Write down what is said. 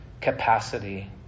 capacity